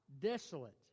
desolate